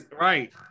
right